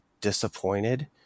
disappointed